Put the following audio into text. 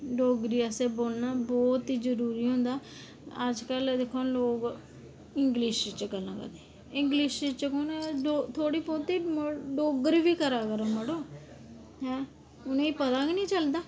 डोगरी असें बोलना बहुत ई जरूरी होंदा अज्जकल दिक्खो आं लोग इंगलिश च गल्लां करने आं इंगलिश बिच कु'न थोह्ड़ी मती डोगरी बिच बी करा करो मड़ो आं उ'नेंगी पता गै निं चलदा